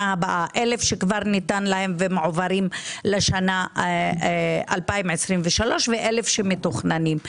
הבאה אלף שכבר ניתן להם ומועברים לשנה 2023 ואלף שמתוכננים.